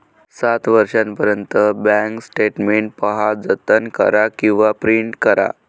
सात वर्षांपर्यंत bank statement पहा, जतन करा किंवा प्रिंट करा